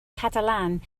catalan